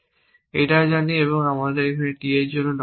এটাও জানি এবং আমাদের এখানে t এর জন্য নয়টি আছে